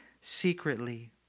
secretly